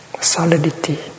solidity